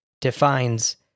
defines